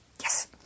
Yes